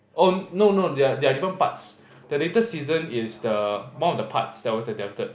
oh no no there are there are different parts the latest season is the one of the parts that was adapted